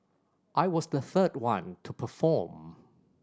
I was the third one to perform